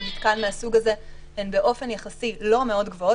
מתקן מהסוג הזה הן באופן יחסי לא מאוד גבוהות,